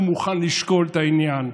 הוא מוכן לשקול את העניין.